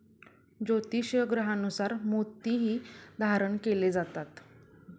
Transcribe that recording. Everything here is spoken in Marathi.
ज्योतिषीय ग्रहांनुसार मोतीही धारण केले जातात